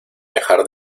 dejar